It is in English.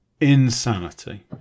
insanity